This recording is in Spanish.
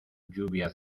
lluvia